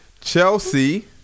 Chelsea